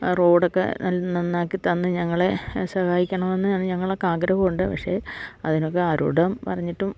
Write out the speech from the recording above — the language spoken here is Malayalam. റോഡൊക്കെ ന നന്നാക്കി തന്ന് ഞങ്ങളെ സഹായിക്കണമെന്ന് ഞങ്ങൾക്ക് ആഗ്രഹം ഉണ്ട് പക്ഷേ അതിനൊക്കെ ആരോടും പറഞ്ഞിട്ടും